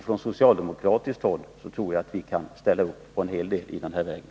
Från socialdemokratiskt håll kan vi ställa upp på en hel del i den vägen.